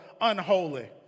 unholy